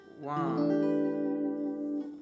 One